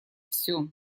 все